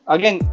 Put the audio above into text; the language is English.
Again